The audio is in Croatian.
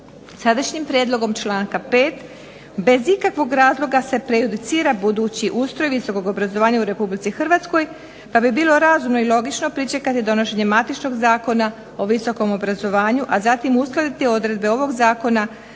Sadašnjim prijedlogom članka 5. bez ikakvog razloga se prejudicira budući ustroj visokog obrazovanja u Republici Hrvatskoj pa bi bilo razumno i logično pričekati donošenje matičnog Zakona o visokom obrazovanju a zatim uskladiti odredbe ovog Zakona